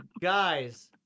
guys